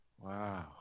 Wow